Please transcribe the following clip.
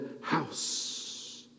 house